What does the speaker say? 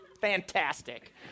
fantastic